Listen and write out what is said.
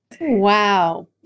Wow